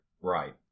Right